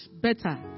better